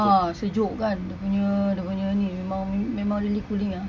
ah sejuk kan dia punya dia punya ni memang memang really cooling ah